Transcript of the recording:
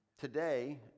Today